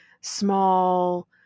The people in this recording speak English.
small